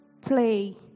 play